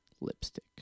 lipstick